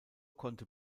konnte